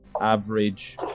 average